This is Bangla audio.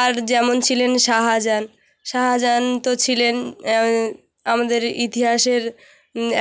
আর যেমন ছিলেন শাহজাহান শাহজাহান তো ছিলেন আমাদের ইতিহাসের